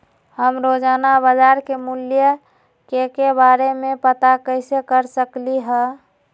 हम रोजाना बाजार के मूल्य के के बारे में कैसे पता कर सकली ह?